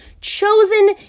chosen